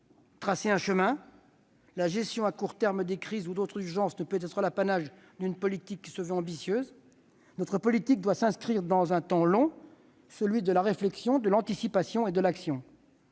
tracé un chemin. La gestion à court terme des crises ou d'autres urgences ne peut être l'apanage d'une politique qui se veut ambitieuse. Notre politique doit s'inscrire dans le temps long : celui de la réflexion, de l'anticipation et de l'action.